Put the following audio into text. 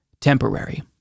temporary